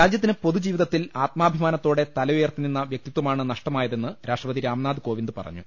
രാജ്യത്തിന് പൊതുജീവിതത്തിൽ ആത്മാഭിമാനത്തോടെ തല ഉയർത്തി നിന്ന വ്യക്തിത്വമാണ് നഷ്ടമായതെന്ന് രാഷ്ട്രപതി രാംനാഥ് കോവിന്ദ് പറഞ്ഞു